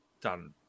done